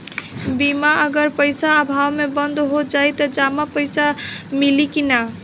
बीमा अगर पइसा अभाव में बंद हो जाई त जमा पइसा मिली कि न?